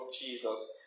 Jesus